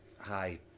Hi